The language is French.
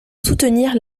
soutenir